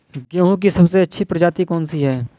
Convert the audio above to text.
गेहूँ की सबसे अच्छी प्रजाति कौन सी है?